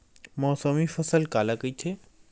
मौसमी फसल काला कइथे?